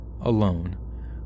alone